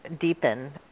deepen